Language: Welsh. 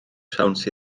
siawns